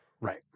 Right